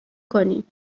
کنی